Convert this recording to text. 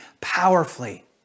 powerfully